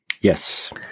Yes